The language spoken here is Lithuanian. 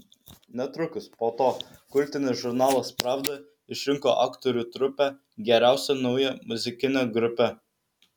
netrukus po to kultinis žurnalas pravda išrinko aktorių trupę geriausia nauja muzikine grupe